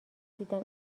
دیدم